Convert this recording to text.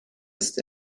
ist